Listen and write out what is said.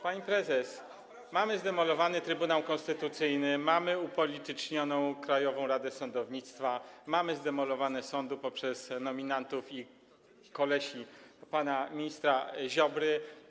Pani prezes, mamy zdemolowany Trybunał Konstytucyjny, mamy upolitycznioną Krajową Radę Sądownictwa, mamy sądy zdemolowanie poprzez nominatów i kolesi pana ministra Ziobry.